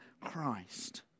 Christ